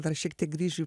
dar šiek tiek grįšiu